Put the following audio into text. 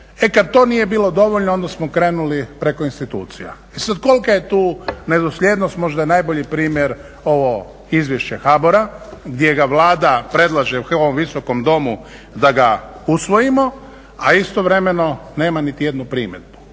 E kada to nije bilo dovoljno onda smo krenuli preko institucija. I sad kolika je tu nedosljednost možda je najbolji primjer ovo izvješće HBOR-a gdje ga Vlada predlaže ovom visokom domu da ga usvojimo, a istovremeno nema niti jednu primjedbu.